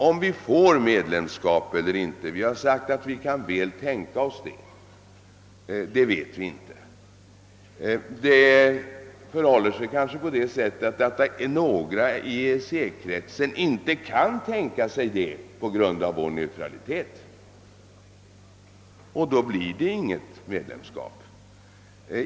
Om vi får medlemskap eller inte vet vi ej, även om vi uttalat att vi väl kan tänka oss ett medlemskap. Det är kanske så att några i EEC-kretsen inte kan tänka sig det på grund av vår neutra litet, och då blir det inget medlemskap.